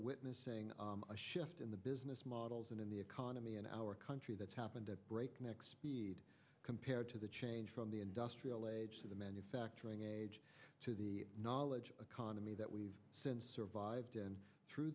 witnessing a shift in the business models and in the economy in our country that's happened at breakneck speed compared to the change from the industrial age to the manufacturing age to the knowledge economy that we've survived through